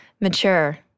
mature